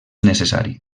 necessari